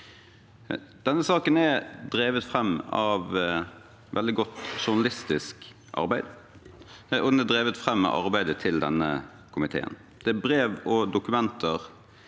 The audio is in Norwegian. Denne saken er drevet fram av veldig godt journalistisk arbeid, og den er drevet fram av arbeidet til denne komiteen. Det er brev og dokumenter,